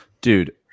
Dude